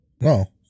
No